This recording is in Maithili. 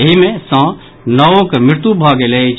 एहि मे सॅ नओक मृत्यु भऽ गेल अछि